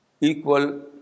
equal